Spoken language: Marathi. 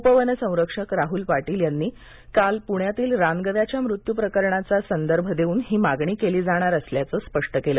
उपवनसंरक्षक राहुल पाटील यांनी कालच्या पुण्यातील रान गव्याच्या मृत्यू प्रकरणाचा संदर्भ देऊन ही मागणी केली जाणार असल्याचं स्पष्ट केलं